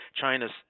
china's